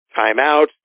timeout